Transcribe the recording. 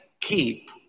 keep